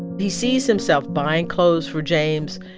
he sees himself buying clothes for james,